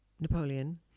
Napoleon